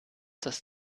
das